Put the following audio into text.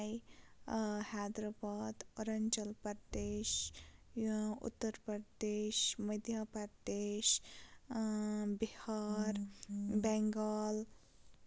Mumbai Hyderabad Arunachal Pradesh Uttar Pradesh Madhya Pradesh Bihar Bengal